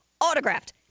autographed